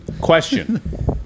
Question